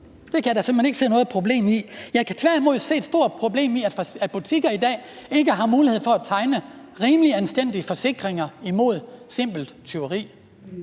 det kan jeg da simpelt hen ikke se noget problem i. Jeg kan tværtimod se et stort problem i, at butikker i dag ikke har mulighed for at tegne rimelige, anstændige forsikringer mod simpelt tyveri.